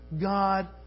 God